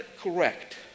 correct